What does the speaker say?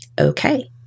Okay